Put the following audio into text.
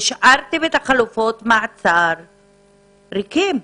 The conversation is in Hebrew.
והשארתם את חלופות המעצר ריקות?